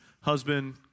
Husband